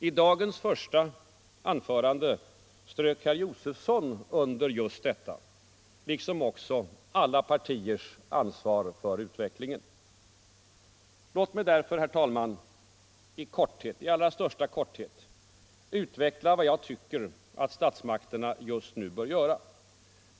I dagens första anförande i denna debatt strök herr Josefson under detta liksom också alla partiers ansvar för utvecklingen. Låt mig därför, herr talman, i allra största korthet utveckla vad jag tycker att statsmakterna just nu bör göra.